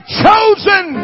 chosen